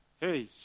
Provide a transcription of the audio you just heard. Hey